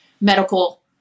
medical